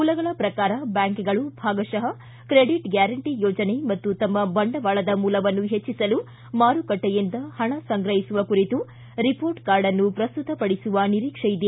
ಮೂಲಗಳ ಪ್ರಕಾರ ಬ್ಯಾಂಕುಗಳು ಭಾಗಶಃ ಕ್ರೆಡಿಟ್ ಗ್ಯಾರಂಟ ಯೋಜನೆ ಮತ್ತು ತಮ್ಮ ಬಂಡವಾಳದ ಮೂಲವನ್ನು ಹೆಚ್ಚಿಸಲು ಮಾರುಕಟ್ಟೆಯಿಂದ ಹಣ ಸಂಗ್ರಹಿಸುವ ಕುರಿತು ರಿಪೋರ್ಟ್ ಕಾರ್ಡ್ ಅನ್ನು ಪ್ರಸ್ತುತಪಡಿಸುವ ನಿರೀಕ್ಷೆಯಿದೆ